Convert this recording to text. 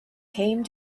came